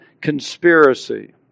conspiracy